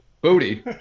Booty